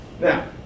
Now